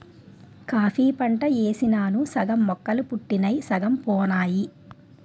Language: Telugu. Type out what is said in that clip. కాఫీ పంట యేసినాను సగం మొక్కలు పుట్టినయ్ సగం పోనాయి